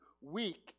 weak